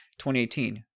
2018